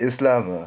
islam ah